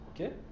Okay